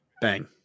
Bang